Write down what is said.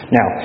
Now